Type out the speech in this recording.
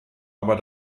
aber